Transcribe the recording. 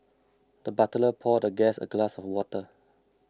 the butler poured the guest a glass of water